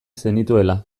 zenituela